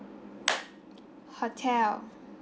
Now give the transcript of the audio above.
hotel